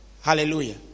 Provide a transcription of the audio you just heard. Hallelujah